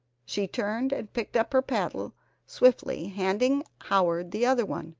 she turned and picked up her paddle swiftly, handing howard the other one.